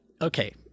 Okay